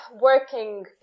working